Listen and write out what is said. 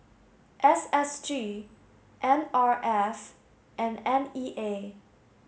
S S G N R F and N E A